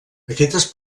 aquestes